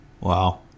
Wow